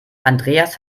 andreas